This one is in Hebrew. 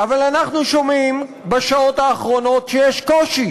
אבל אנחנו שומעים בשעות האחרונות שיש קושי